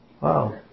Wow